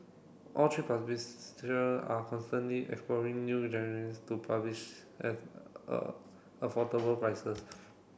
all three are constantly exploring new to publish at a affordable prices